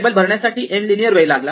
table भरण्यासाठी n linear वेळ लागला